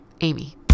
Amy